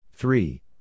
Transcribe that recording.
Three